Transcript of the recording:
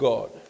God